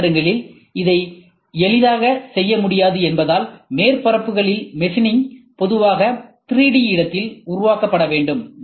C இயந்திரங்களில் இதை எளிதாக செய்ய முடியாது என்பதால் மேற்பரப்புகளின் மெஷினிங் பொதுவாக 3D இடத்தில் உருவாக்கப்பட வேண்டும்